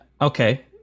Okay